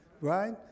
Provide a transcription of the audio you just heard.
right